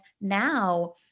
now